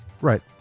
Right